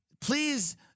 Please